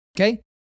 Okay